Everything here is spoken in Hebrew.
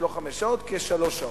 עד 17:00, ישבו כשלוש שעות.